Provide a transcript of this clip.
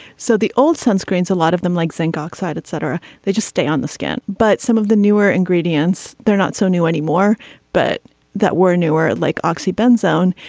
so the old sunscreens a lot of them like zinc oxide etc. they just stay on the skin. but some of the newer ingredients they're not so new anymore but that were newer like oxy burn zone.